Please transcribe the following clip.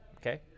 okay